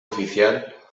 oficial